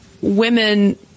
women